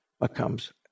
becomes